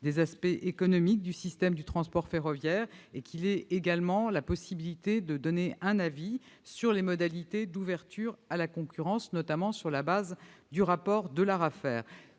des aspects économiques du système de transport ferroviaire et qu'il ait la possibilité de donner un avis sur les modalités d'ouverture à la concurrence, notamment sur la base du rapport de l'ARAFER.